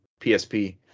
PSP